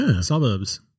suburbs